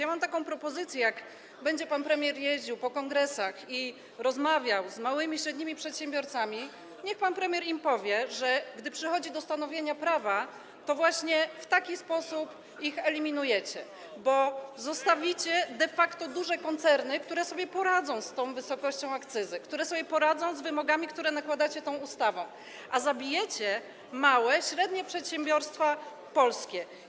Ja mam taką propozycję: kiedy będzie pan premier jeździł po kongresach i rozmawiał z małymi i średnimi przedsiębiorcami, niech pan premier im powie, że gdy przychodzi do stanowienia prawa, to właśnie w taki sposób ich eliminujecie, bo zostawicie de facto duże koncerny, które sobie poradzą z tą wysokością akcyzy, które sobie poradzą z wymogami, które nakładacie tą ustawą, a zabijecie małe i średnie przedsiębiorstwa polskie.